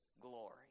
glory